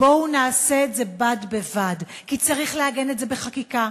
בואו נעשה את זה בד-בבד כי צריך לעגן את זה בחקיקה,